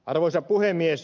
arvoisa puhemies